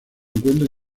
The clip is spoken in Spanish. encuentra